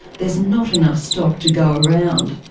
there's not enough stock to go around,